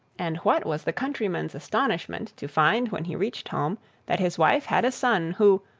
and what was the countryman's astonishment to find when he reached home that his wife had a son, who,